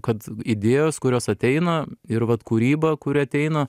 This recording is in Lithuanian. kad idėjos kurios ateina ir vat kūryba kuri ateina